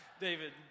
David